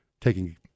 taking